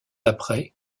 après